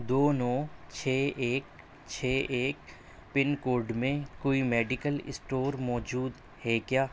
دو نو چھ ایک چھ ایک پِن کوڈ میں کوئی میڈیکل اسٹور موجود ہے کیا